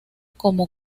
como